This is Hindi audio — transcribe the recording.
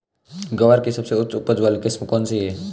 ग्वार की सबसे उच्च उपज वाली किस्म कौनसी है?